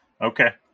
Okay